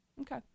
Okay